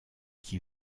qui